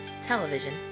television